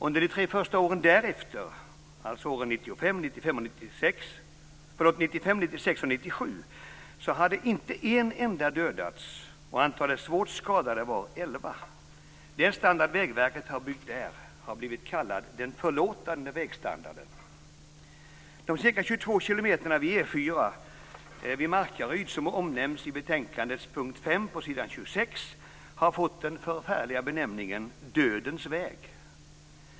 Under de första tre åren därefter, alltså åren 1995, 1996 och 1997, hade inte en enda dödats och antalet svårt skadade var elva. Den standard Vägverket har byggt där har blivit kallad den "förlåtande vägstandarden". De ca 22 km E 4 vid Markaryd som omnämns i betänkandets punkt 4 på s. 26 har fått den förfärliga benämningen "Dödens väg".